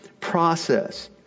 process